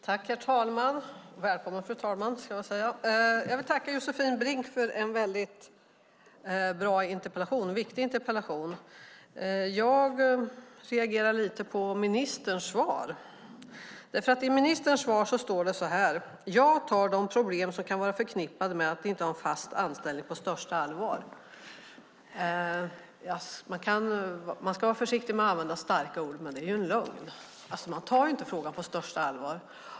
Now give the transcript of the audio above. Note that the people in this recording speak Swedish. Fru talman! Jag vill tacka Josefin Brink för att hon ställt en väldigt bra och viktig interpellation. Jag reagerar lite på ministerns svar. I ministerns svar står det så här: "Jag tar de problem som kan vara förknippade med att inte ha en fast anställning på största allvar." Man ska vara försiktig med att använda starka ord, men det här är ju en lögn. Man tar ju inte problemen på största allvar.